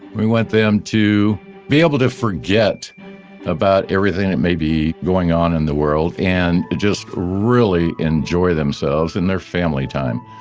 we want them to be able to forget about everything that may be going on in the world, and just really enjoy themselves and their family time,